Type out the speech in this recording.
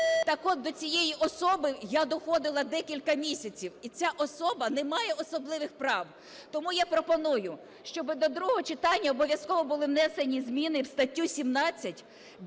Так от, до цієї особи я доходила декілька місяців, і ця особа не має особливих прав. Тому я пропоную, щоби до другого читання обов'язково були внесені зміни в статтю 17,